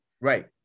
right